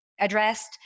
addressed